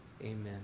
amen